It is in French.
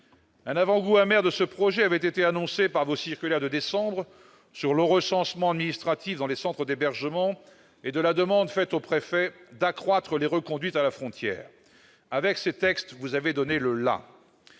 Un avant-goût amer de ce projet de loi avait été annoncé par vos circulaires de décembre relatives au recensement administratif dans les centres d'hébergement et à la demande faite aux préfets d'accroître les reconduites à la frontière. Avec ces textes, vous avez donné le la.